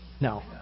No